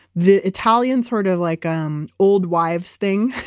the italian sort of like um old wives thing,